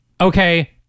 okay